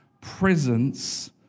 presence